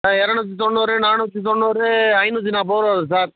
இரநூத்தி தொண்ணூறு நானூற்றி தொண்ணூறு ஐந்நூற்றி நாற்பது ருபா வருது சார்